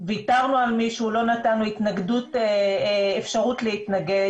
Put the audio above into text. שוויתרנו על מישהו, שלא נתנו אפשרות להתנגד